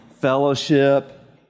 fellowship